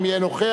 אם יהיה נוכח,